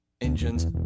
Engines